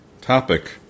topic